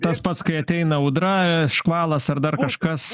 tas pats kai ateina audra škvalas ar dar kažkas